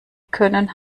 können